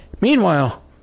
Meanwhile